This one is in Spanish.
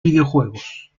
videojuegos